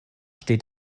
steht